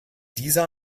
dieser